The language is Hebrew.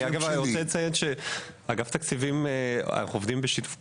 אני רוצה לציין שאנחנו עובדים בשיתוף